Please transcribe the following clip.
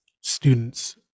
students